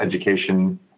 education